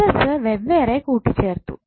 സ്രോതസ്സ് വെവ്വേറെ കൂട്ടിച്ചേർത്തു